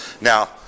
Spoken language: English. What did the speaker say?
Now